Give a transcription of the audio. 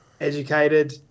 educated